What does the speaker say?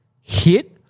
hit